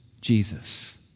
Jesus